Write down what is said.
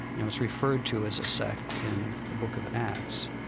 you know it's referred to as a sect in the book of acts.